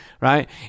right